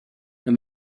and